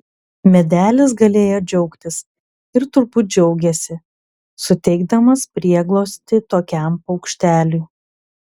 medelis galėjo džiaugtis ir turbūt džiaugėsi suteikdamas prieglobstį tokiam paukšteliui